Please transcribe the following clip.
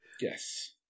Yes